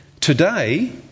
Today